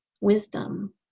wisdom